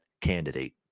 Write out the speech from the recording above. candidate